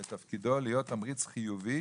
שתפקידו להיות תמריץ חיובי,